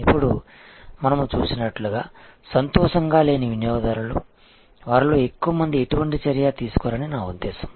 ఇప్పుడు మనము చూసినట్లుగా సంతోషంగా లేని వినియోగదారులు వారిలో ఎక్కువ మంది ఎటువంటి చర్య తీసుకోరని నా ఉద్దేశ్యం